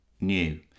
new